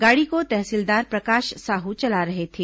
गाड़ी को तहसीलदार प्रकाश साहू चला रहे थे